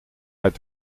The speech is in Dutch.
uit